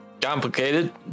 complicated